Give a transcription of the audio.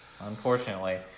unfortunately